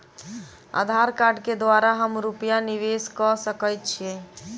आधार कार्ड केँ द्वारा हम रूपया निवेश कऽ सकैत छीयै?